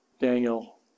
Daniel